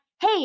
hey